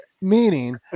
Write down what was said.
meaning